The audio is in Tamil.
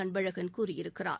அன்பழகன் கூறியிருக்கிறார்